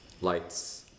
Lights